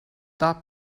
that